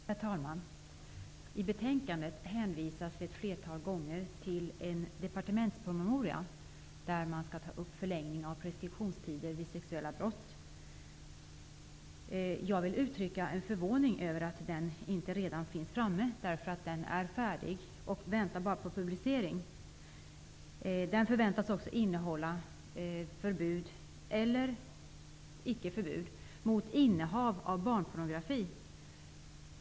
Herr talman! I betänkandet hänvisas ett flertal gånger till en departementspromemoria där man skall ta upp förlängning av preskriptionstider vid sexuella brott. Jag vill uttrycka förvåning över att den inte redan finns framme, för den är färdig och väntar bara på publicering. Promemorian förväntas också innehålla förbud eller icke förbud mot innehav av barnpornografi.